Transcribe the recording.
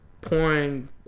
pouring